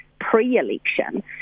pre-election